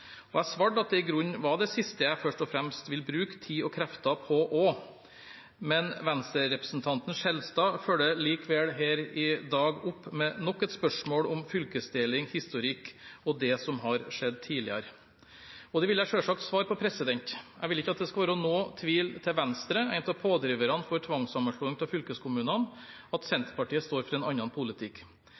Jeg svarte at det i grunnen var det siste jeg først og fremst vil bruke tid og krefter på. Men Venstre-representanten Skjelstad følger likevel her i dag opp med nok et spørsmål om fylkesdeling, historikk og det som har skjedd tidligere. Det vil jeg selvsagt svare på. Jeg vil ikke at det skal være noen tvil hos Venstre, en av pådriverne for tvangssammenslåing av fylkeskommunene, om at Senterpartiet står for en annen politikk.